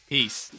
Peace